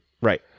Right